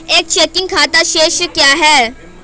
एक चेकिंग खाता शेष क्या है?